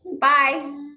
Bye